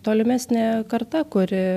tolimesnė karta kuri